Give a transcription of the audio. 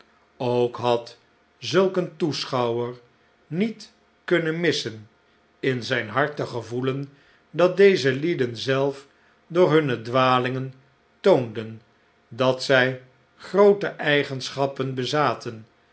ook had zulk een toeschouwer niet kunnen missen in zijn hart te gevoelen dat deze lieden zelf door hunne dwalingen toonden dat zij groote eigenschappen bezaten